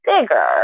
bigger